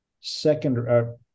second